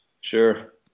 Sure